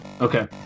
Okay